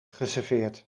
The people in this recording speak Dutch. geserveerd